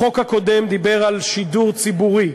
החוק הקודם דיבר על שידור ציבורי.